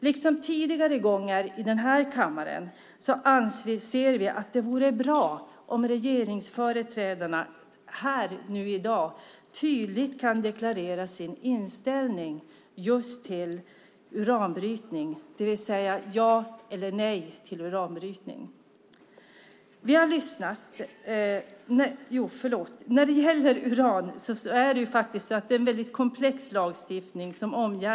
Liksom tidigare anser vi att det vore bra om regeringsföreträdarna här och nu tydligt kan deklarera sin inställning till uranbrytning, det vill säga ja eller nej. Uran omgärdas av en komplex lagstiftning.